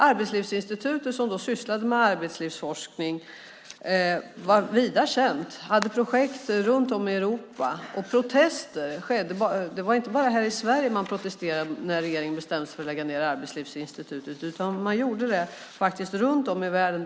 Arbetslivsinstitutet, som alltså ägnade sig åt arbetslivsforskning, var vida känt och hade projekt runt om i Europa. Det var inte bara i Sverige man protesterade när regeringen bestämde sig för att lägga ned Arbetslivsinstitutet, utan man gjorde det runt om i världen.